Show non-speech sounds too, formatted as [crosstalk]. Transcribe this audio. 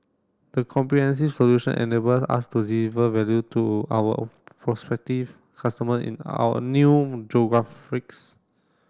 the comprehensive solution enables us to deliver value to our prospective customer in our new [unintelligible]